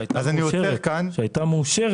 שהיתה מאושרת.